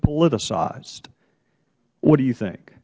politicized what do you think